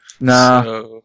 Nah